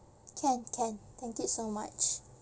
can can thank you so much